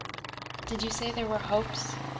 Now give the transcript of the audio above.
did you say there were hopes?